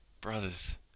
Brothers